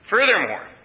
Furthermore